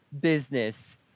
business